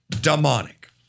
demonic